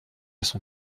son